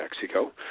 Mexico